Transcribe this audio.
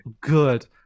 good